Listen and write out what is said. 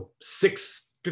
six